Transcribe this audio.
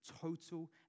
total